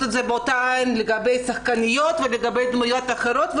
את זה באותה עין לגבי שחקניות ולגבי דמויות אחרות,